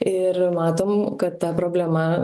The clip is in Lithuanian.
ir matom kad ta problema